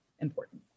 important